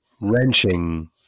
wrenching